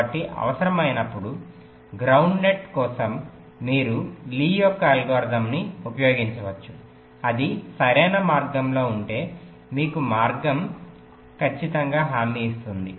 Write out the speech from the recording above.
కాబట్టి అవసరమైనప్పుడు ground net కోసం మీరు లీ యొక్క అల్గోరిథంను ఉపయోగించవచ్చు అది సరైన మార్గంలో ఉంటే మీకు మార్గం హామీ ఇస్తుంది